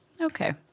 Okay